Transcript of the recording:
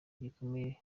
gikomeye